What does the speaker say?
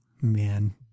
Man